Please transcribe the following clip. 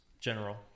general